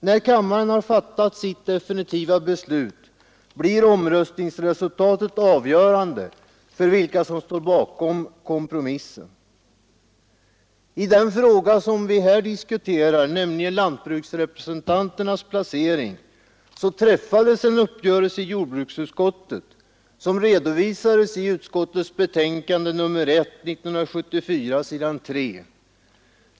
När kammaren har fattat sitt definitiva beslut blir omröstningsresultatet avgörande för vilka som står bakom kompromissen. I den fråga som vi nu diskuterar, nämligen lantbruksrepresentanternas placering, träffades en uppgörelse i jordbruksutskottet som redovisades i utskottets betänkande nr 1 år 1974 s. 3.